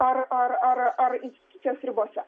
ar ar ar institucijos ribose